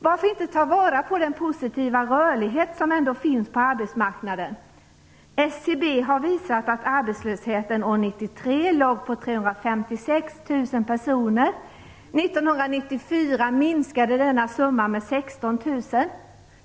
Varför inte ta vara på den positiva rörlighet som ändå finns på arbetsmarknaden? SCB har visat att arbetslösheten år 1993 låg på 356 000 personer. 1994 var det en minskning med 16 000.